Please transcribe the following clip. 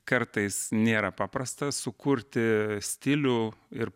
kartais nėra paprasta sukurti stilių ir